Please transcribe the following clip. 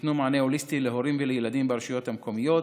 שייתנו מענה הוליסטי להורים ולילדים ברשויות המקומיות.